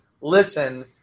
listen